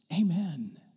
Amen